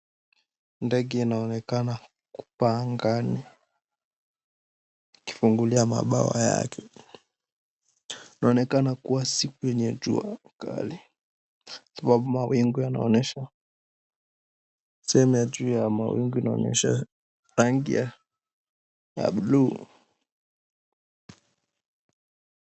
Ndege inaonekana kupaa angani ikifungulia mabawa yake. Inaonekana kuwa siku yenye jua kali sababu mawingu yanaonyesha, tuseme juu ya mawingu inaonyesha rangi ya bluu.